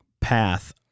path